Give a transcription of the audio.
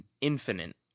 Infinite